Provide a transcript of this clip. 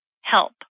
help